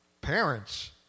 parents